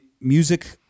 music